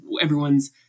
everyone's